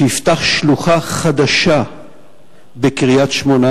שיפתח שלוחה חדשה בקריית-שמונה,